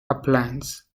uplands